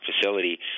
facility